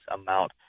amount